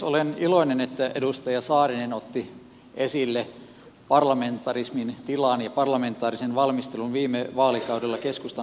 olen iloinen että edustaja saarinen otti esille parlamentarismin tilan ja parlamentaarisen valmistelun viime vaalikaudella keskustan hallitusvastuun aikana